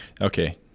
Okay